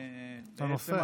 לנושא.